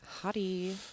Hottie